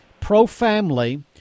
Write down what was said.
pro-family